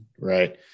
right